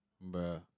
Bro